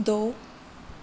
ਦੋ